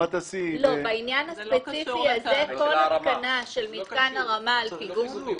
בעניין הספציפי הזה: כל התקנה של מתקן הרמה על פיגום.